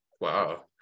Wow